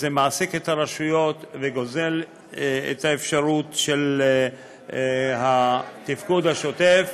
זה מעסיק את הרשויות וגוזל את האפשרות לתפקוד שוטף,